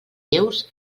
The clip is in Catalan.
lleus